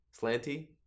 Slanty